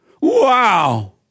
Wow